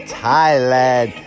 Thailand